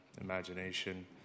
imagination